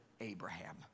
Abraham